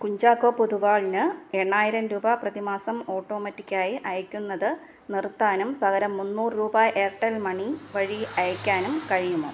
കുഞ്ചാക്കോ പൊതുവാളിന് എണ്ണായിരം രൂപ പ്രതിമാസം ഓട്ടോമാറ്റിക് ആയി അയയ്ക്കുന്നത് നിർത്താനും പകരം മുന്നൂറ് രൂപ എയർടെൽ മണി വഴി അയയ്ക്കാനും കഴിയുമോ